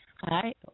Hi